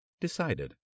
decided